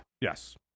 Yes